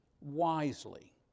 wisely